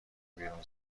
بیرون